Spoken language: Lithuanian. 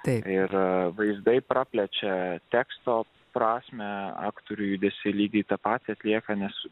tai ir vaizdai praplečia teksto prasmę aktorių judesį lygiai tą patį atliekame su